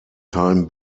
time